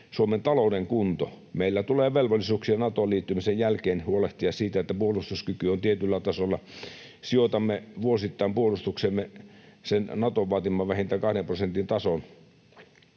Suomen talouden kunto. Meillä tulee velvollisuuksia Natoon liittymisen jälkeen huolehtia siitä, että puolustuskyky on tietyllä tasolla ja sijoitamme vuosittain puolustukseemme sen Naton vaatiman vähintään kahden prosentin tason